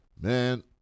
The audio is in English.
man